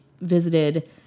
visited